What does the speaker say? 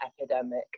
epidemic